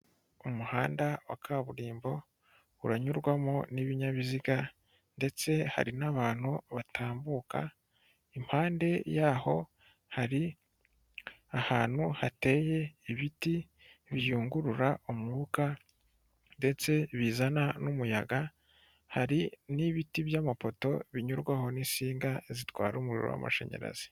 Umuhanda wa kaburimbo uranyurwamo n'ibinyabiziga ndetse hari n'abantu batambuka, impande yaho hari ahantu hateye ibiti biyungurura umwuka ndetse bizana n'umuyaga, hari n'ibiti by'amapoto binyurwaho n'isinga zitwara umuriro w'amashanyarazi.